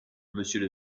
monsieur